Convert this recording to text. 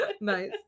nice